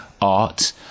art